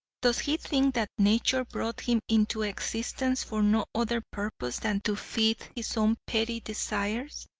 does he think that nature brought him into existence for no other purpose than to feed his own petty desires?